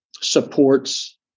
supports